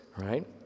right